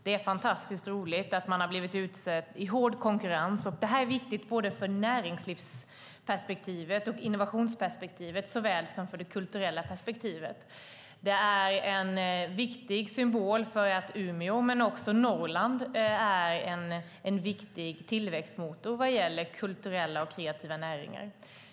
Det är fantastiskt roligt att man i hård konkurrens har blivit utsedd. Det är viktigt ur näringslivsperspektivet och innovationsperspektivet såväl som ur det kulturella perspektivet. Det är en viktig symbol för Umeå och även Norrland som tillväxtmotor i kulturella och kreativa näringar.